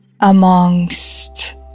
amongst